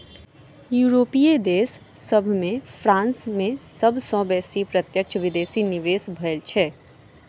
यूरोपीय देश सभ में फ्रांस में सब सॅ बेसी प्रत्यक्ष विदेशी निवेश भेल छल